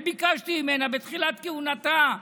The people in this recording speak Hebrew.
וביקשתי ממנה בתחילת כהונתה: